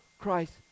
Christ